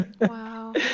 Wow